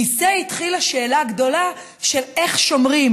מזה התחילה השאלה הגדולה של איך שומרים